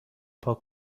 پاک